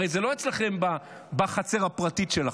הרי זה לא אצלכם בחצר הפרטית שלכם,